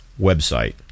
website